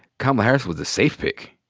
kamala harris was the safe pick.